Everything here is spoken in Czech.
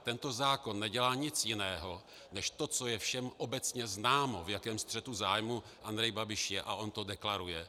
Tento zákon nedělá nic jiného než to, co je všem obecně známo, v jakém střetu zájmů Andrej Babiš je, a on to deklaruje.